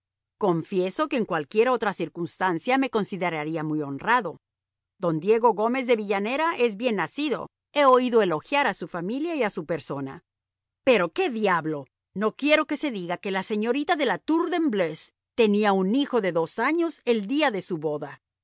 confieso que en cualquiera otra circunstancia me consideraría muy honrado don diego gómez de villanera es bien nacido he oído elogiar a su familia y a su persona pero qué diablo no quiero que se diga que la señorita de la tour de embleuse tenía un hijo de dos años el día de su boda